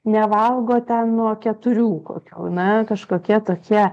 nevalgo ten nuo keturių kokių na kažkokie tokie